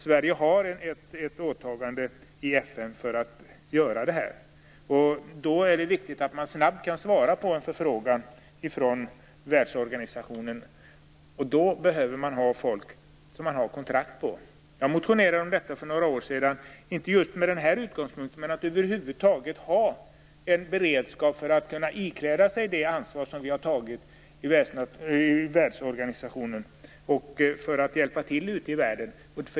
Sverige har ett åtagande i FN för detta. Då är det viktigt att vi snabbt kan svara på en förfrågan från världsorganisationen, och för det behöver vi ha folk som vi har kontrakt på. Jag motionerade om detta för några år sedan, inte just med den här utgångspunkten men utifrån tanken att vi behövde en beredskap för att kunna leva upp till det ansvar vi tagit på oss i världsorganisationen och kunna hjälpa till ute i världen.